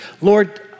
Lord